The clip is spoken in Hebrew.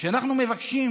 כשאנחנו מבקשים